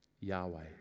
Yahweh